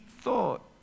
thought